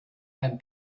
beim